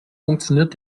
funktioniert